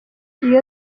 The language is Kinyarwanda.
iyo